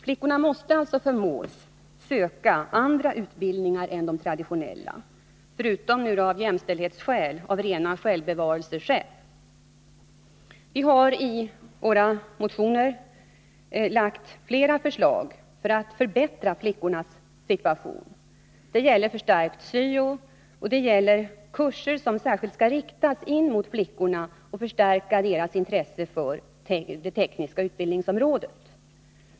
Flickorna måste alltså förmås att söka andra utbildningar än de traditionella, förutom av jämställdhetsskäl nu av rena självbevarelseskäl. Vi socialdemokrater har i våra motioner lagt fram flera förslag för att förbättra flickornas situation. Det gäller förstärkt syo, och det gäller kurser som särskilt skall riktas in mot flickorna och förstärka deras intresse för det tekniska utbildningsområdet.